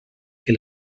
que